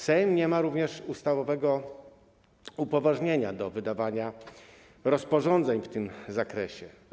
Sejm nie ma również ustawowego upoważnienia do wydawania rozporządzeń w tym zakresie.